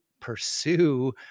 pursue